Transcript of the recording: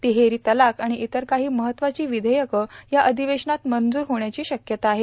तिहेरी तलाक आणि इतर काही महत्वाची विषेयकं या अधिवेशनात मंजूर होण्याची शक्यता आहे